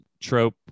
trope